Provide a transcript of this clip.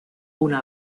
una